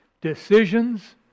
Decisions